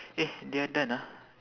eh they are done ah